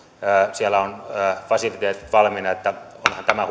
siellä ovat fasiliteetit valmiina niin että onhan tämä